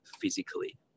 physically